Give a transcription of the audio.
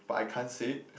but I can't say it